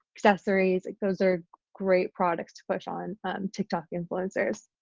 accessories. like those are great products to push on tiktok influencers.